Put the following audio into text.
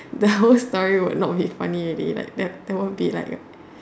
the whole story will not be sorry funny already like there won't be like a